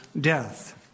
death